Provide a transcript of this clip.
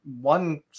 one